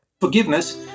Forgiveness